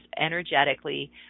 energetically